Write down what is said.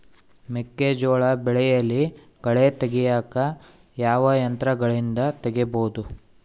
ಮೆಕ್ಕೆಜೋಳ ಬೆಳೆಯಲ್ಲಿ ಕಳೆ ತೆಗಿಯಾಕ ಯಾವ ಯಂತ್ರಗಳಿಂದ ತೆಗಿಬಹುದು?